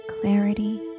clarity